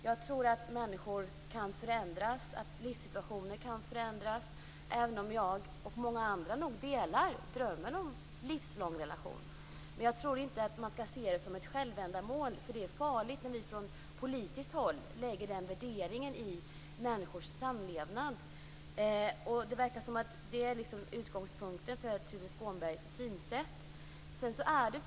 Jag tror att människor och livssituationer kan förändras, även om jag och många andra nog delar drömmen om en livslång relation. Men jag tror inte att man ska se det som ett självändamål. Det är farligt när vi från politiskt håll lägger den värderingen när det gäller människors samlevnad. Det verkar som om detta är utgångspunkten för Tuve Skånbergs synsätt.